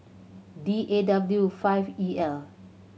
D A W five E L